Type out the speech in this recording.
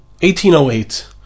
1808